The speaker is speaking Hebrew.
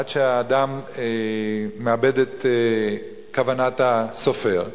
עד שהאדם מאבד את כוונת הסופר.